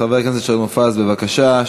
חבר הכנסת שאול מופז, בבקשה.